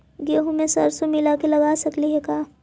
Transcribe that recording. गेहूं मे सरसों मिला के लगा सकली हे का?